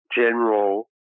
general